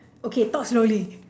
okay talk slowly